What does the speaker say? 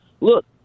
Look